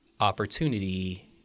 opportunity